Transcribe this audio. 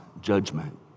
judgment